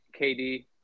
KD